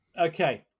Okay